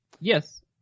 Yes